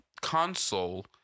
console